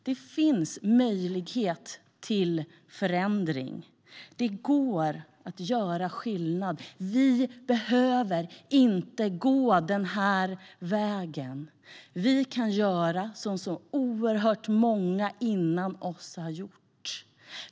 Det finns möjlighet till förändring. Det går att göra skillnad. Vi behöver inte gå den här vägen. Vi kan göra som så oerhört många före oss har gjort.